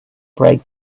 brake